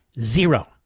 Zero